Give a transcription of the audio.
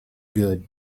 good